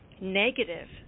negative